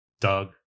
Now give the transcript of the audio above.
Doug